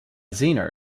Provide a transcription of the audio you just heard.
zeno